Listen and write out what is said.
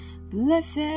Blessed